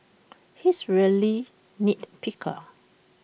he is A really nit picker